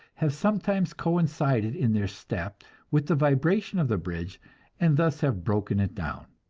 have sometimes coincided in their step with the vibration of the bridge and thus have broken it down.